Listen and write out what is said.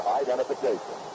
identification